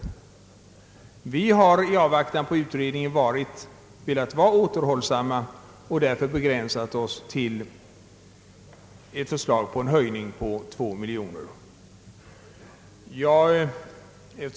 Även vi har i avvaktan på utredningen velat vara återhållsamma och därför begränsat oss till ett förslag om en höjning på två miljoner kronor utöver departementschefens förslag.